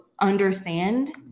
understand